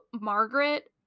Margaret